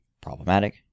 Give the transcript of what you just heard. problematic